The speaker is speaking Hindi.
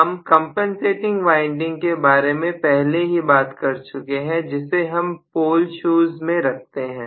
हम कंपनसेशन वाइंडिंग के बारे में पहले ही बात कर चुके हैं जिसे हम पोल शूज में रखते हैं